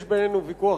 יש בינינו ויכוח,